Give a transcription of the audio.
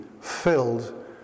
filled